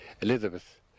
Elizabeth